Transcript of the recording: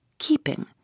keeping